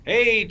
Hey